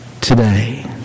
today